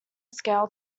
scale